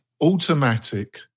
automatic